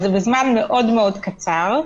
אז זה בזמן מאוד-מאוד קצר,